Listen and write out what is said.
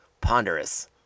ponderous